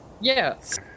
Yes